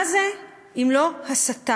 מה זה אם לא הסתה?